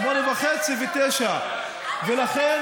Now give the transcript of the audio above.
08:30 ו-09:00.